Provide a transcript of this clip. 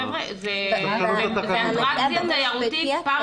חבר'ה, זו אטרקציה תיירותית פר